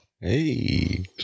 Hey